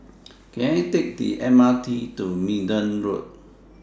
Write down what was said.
Can I Take The M R T to Minden Road